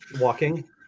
walking